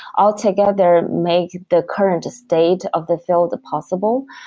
altogether make the current state of the field possible.